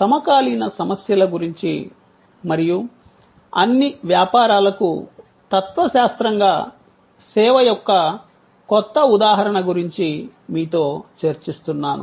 సమకాలీన సమస్యల గురించి మరియు అన్ని వ్యాపారాలకు తత్వశాస్త్రంగా సేవ యొక్క కొత్త ఉదాహరణ గురించి మీతో చర్చిస్తున్నాను